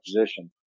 position